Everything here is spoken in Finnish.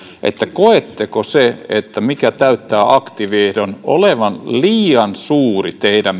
koetteko sen mikä täyttää aktiiviehdon olevan liian suuri asia teidän